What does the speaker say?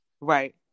Right